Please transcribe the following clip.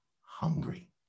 hungry